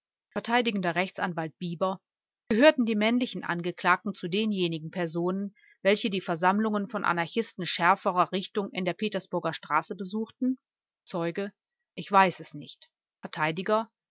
vert rechtsanwalt bieber gehörten die männlichen angeklagten zu denjenigen personen welche die versammlungen von anarchisten schärferer richtung in der petersburger straße besuchten zeuge ich weiß es nicht